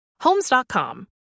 Homes.com